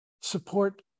support